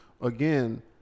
again